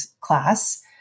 class